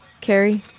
Carrie